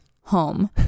home